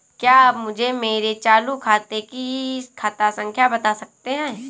क्या आप मुझे मेरे चालू खाते की खाता संख्या बता सकते हैं?